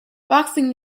boxing